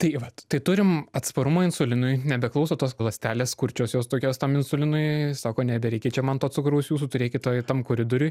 tai vat tai turim atsparumą insulinui nebeklauso tos ląstelės kurčios jos tokios tam insulinui sako nebereikia čia man to cukraus jūsų turėkite tam koridoriuj